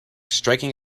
striking